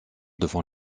devant